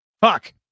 fuck